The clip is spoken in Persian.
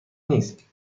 نیست